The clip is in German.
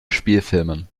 spielfilmen